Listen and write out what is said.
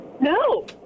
No